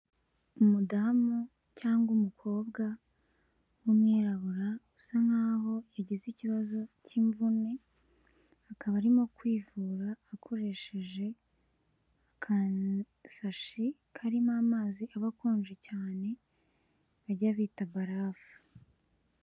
Umudamu cyangwa umukobwa w'umwirabura, usa nkaho yagize ikibazo cy'imvune, akaba arimo kwivura akoresheje agasashi, karimo amazi aba akonje cyane, bajya bita barafu.